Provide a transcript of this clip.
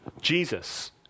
Jesus